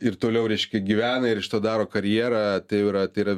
ir toliau reiškia gyvena ir iš to daro karjerą tai jau yra tai yra